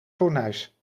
fornuis